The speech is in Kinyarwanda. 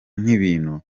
n’ibintu